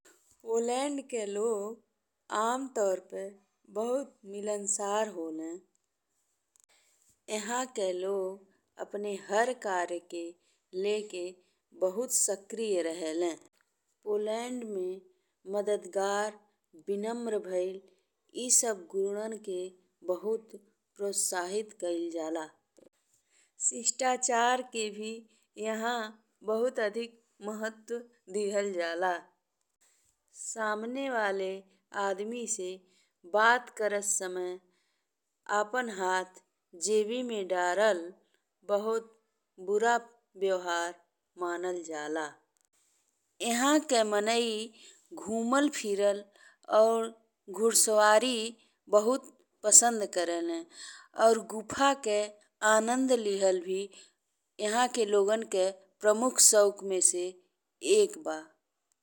Poland के लोग आमतौर पे बहुत मिलनसार होला। इहाँ के लोग अपने हर कार्य के लेके बहुत सक्रिय रहेला। पोलैंड में मददगार, विनम्र भइल ई सब गुणन के बहुत प्रोत्साहित कइल जाला। शिष्टाचार के भी इहाँ बहुत अधिक महत्व दिहल जाला। सामने वाले आदमी से बात करत समय आपन हाथ जेबी में डरल बहुत बुरा व्यवहार मानल जाला। इहाँ के मने घुमल फिरल और घुड़सवारी बहुत पसंद करेला और गुफा के आनंद लिहल भी इहाँ के लोगन के प्रमुख शौक में से एक बा।